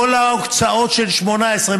כל ההוצאות של 2018,